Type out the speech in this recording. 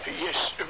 Yes